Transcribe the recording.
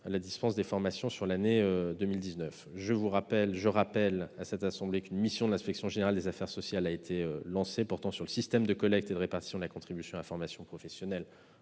la dispense des formations sur l'année 2019. Je rappelle à la Haute Assemblée qu'une mission de l'Inspection générale des affaires sociales portant sur le système de collecte et de répartition de la contribution à la formation professionnelle